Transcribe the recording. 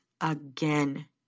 again